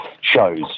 shows